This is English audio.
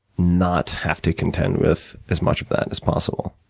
not have to content with as much of that as possible?